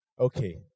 okay